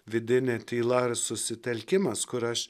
vidinė tyla ir susitelkimas kur aš